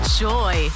joy